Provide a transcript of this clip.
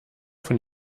von